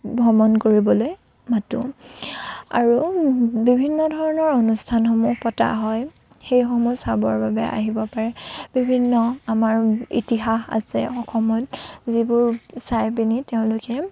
ভ্ৰমণ কৰিবলৈ মাতোঁ আৰু বিভিন্ন ধৰণৰ অনুষ্ঠানসমূহ পতা হয় সেইসমূহ চাবৰ বাবে আহিব পাৰে আৰু বিভিন্ন আমাৰ ইতিহাস আছে অসমত যিবোৰ চাই পিনি তেওঁলোকে